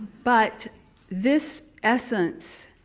but this essence